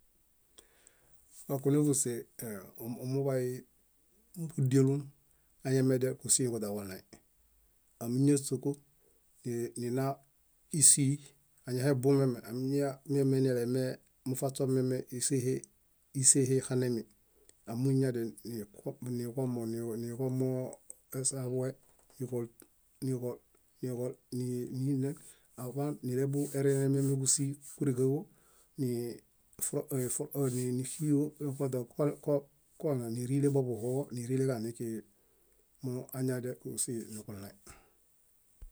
Kakunẽġuse muḃay múdialu añamedia kúsiiġoźaġoɭaĩ. Ámiñaśoku, é- nina ísii, añahebumeme amiña miemenilemee mufaśomeme ísehe ixanemi amoniñadianikuwo, niġomo, niġomoo esaḃue, niġol, niġol, niġol, níi- níinen aḃaan níeleḃurenememeġúsii kúrigaġo, nii- fro- fro- nífuyeġo koźa ko- ko- koɭã nírile boḃuhuġo, nírileġaɭĩkiġi. Moo añadial kúsii niġuɭaĩ.